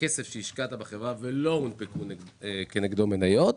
הכסף שהשקעת בחברה ולא הונפקו כנגדו מניות,